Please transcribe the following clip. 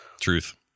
Truth